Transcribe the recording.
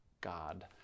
God